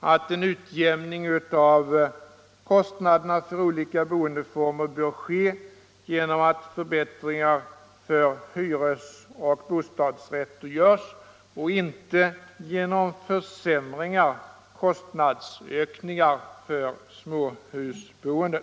att en utjämning av kostnaderna för olika boendeformer bör ske genom att förbättringar för hyres och bostadsrättslägenheter görs, inte genom försämringar och kostnadsökningar för småhusboende.